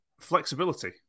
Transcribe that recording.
flexibility